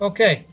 Okay